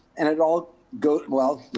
and it all goes, well,